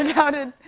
how did